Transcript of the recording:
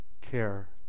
care